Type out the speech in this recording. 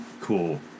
cool